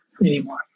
anymore